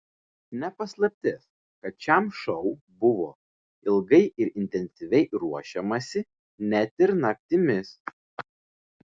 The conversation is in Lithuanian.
ne paslaptis kad šiam šou buvo ilgai ir intensyviai ruošiamasi net ir naktimis